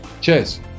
cheers